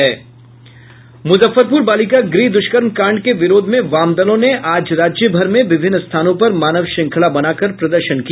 मुजफ्फरपुर बालिका गृह दुष्कर्म कांड के विरोध में वामदलों ने आज राज्य भर में विभिन्न स्थानों पर मानव श्रंखला बनाकर प्रदर्शन किया